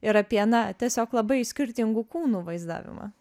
ir apie na tiesiog labai skirtingų kūnų vaizdavimą